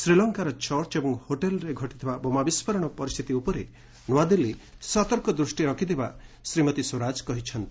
ଶ୍ରୀଲଙ୍କାର ଚର୍ଚ୍ଚ ଏବଂ ହୋଟେଲ୍ରେ ଘଟିଥିବା ବୋମା ବିସ୍କୋରଣ ପରିସ୍ଥିତି ଉପରେ ନୂଆଦିଲ୍ଲୀ ସତର୍କ ଦୃଷ୍ଟି ରଖିଥିବା ଶ୍ରୀମତୀ ସ୍ୱରାଜ କହିଛନ୍ତି